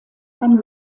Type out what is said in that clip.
kann